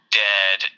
dead